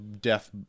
death